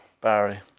Barry